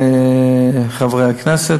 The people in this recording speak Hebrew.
חברי הכנסת,